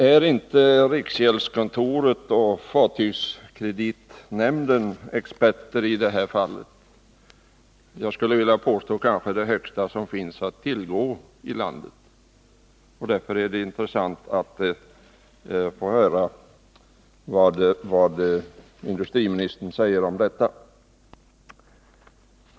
Är inte riksgäldskontoret och fartygskreditnämnden experter i detta fall? Jag skulle vilja påstå att de kanske är de högsta som finns att tillgå i landet, och det är därför intressant att få höra vad industriministern säger om detta.